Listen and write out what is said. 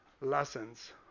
lessons